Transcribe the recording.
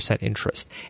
interest